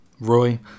Roy